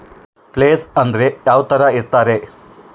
Place ಅಂದ್ರೆ ಯಾವ್ತರ ಇರ್ತಾರೆ?